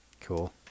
cool